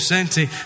Senti